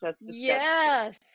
yes